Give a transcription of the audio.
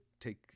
take